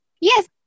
Yes